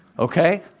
okay?